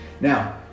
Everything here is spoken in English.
Now